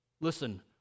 listen